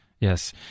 Yes